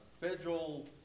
federal